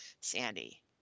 Sandy